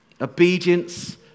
Obedience